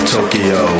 Tokyo